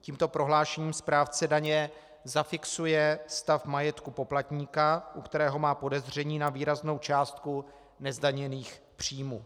Tímto prohlášením správce daně zafixuje stav majetku poplatníka, u kterého má podezření na výraznou částku nezdaněných příjmů.